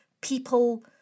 people